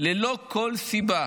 ללא כל סיבה